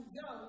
go